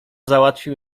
załatwił